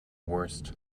worst